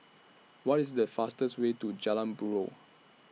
What IS The fastest Way to Jalan Buroh